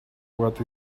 what